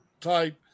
type